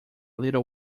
little